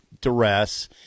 duress